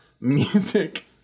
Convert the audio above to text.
music